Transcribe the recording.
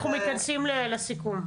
לצערי הרב.